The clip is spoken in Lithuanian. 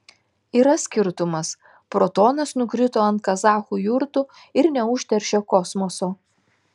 yra skirtumas protonas nukrito ant kazachų jurtų ir neužteršė kosmoso